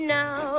now